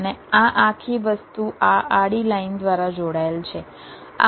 અને આ આખી વસ્તુ આ આડી લાઇન દ્વારા જોડાયેલ છે